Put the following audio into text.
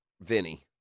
Vinny